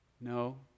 No